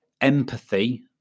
empathy